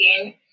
again